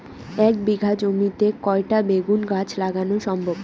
এক বিঘা জমিতে কয়টা বেগুন গাছ লাগানো সম্ভব?